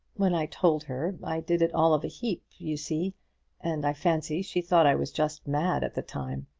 when i told her, i did it all of a heap, you see and i fancy she thought i was just mad at the time.